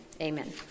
Amen